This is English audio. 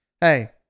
Hey